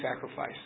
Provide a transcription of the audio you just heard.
sacrifice